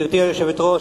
גברתי היושבת-ראש,